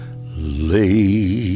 late